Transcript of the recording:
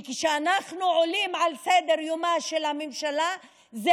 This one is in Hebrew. וכשאנחנו עולים על סדר-יומה של הממשלה זה